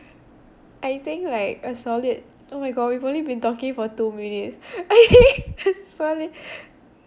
I think like a solid oh my god we've only been talking for two minutes solid